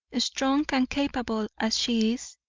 strong and capable as she is,